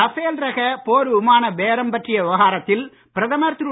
Rafale ரகப் போர் விமான பேரம் பற்றிய விவகாரத்தில் பிரதமர் திரு